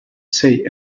say